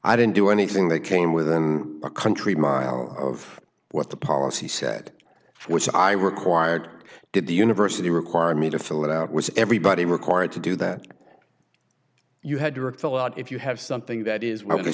i didn't do anything that came within a country mile of what the policy said which i were quired did the university require me to fill it out was everybody required to do that you had to work fill out if you have something that is what they